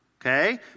okay